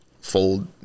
fold